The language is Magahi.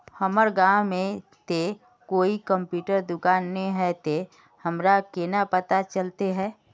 हमर गाँव में ते कोई कंप्यूटर दुकान ने है ते हमरा केना पता चलते है?